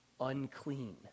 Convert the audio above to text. unclean